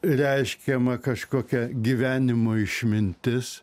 reiškiama kažkokia gyvenimo išmintis